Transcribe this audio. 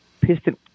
piston